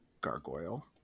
gargoyle